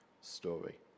story